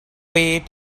wait